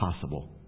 possible